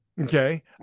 Okay